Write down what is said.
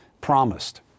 Promised